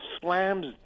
slams